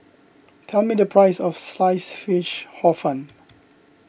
tell me the price of Sliced Fish Hor Fun